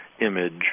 image